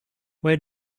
where